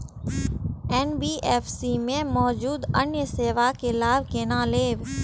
NBFC में मौजूद अन्य सेवा के लाभ केना लैब?